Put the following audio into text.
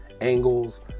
angles